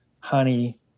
honey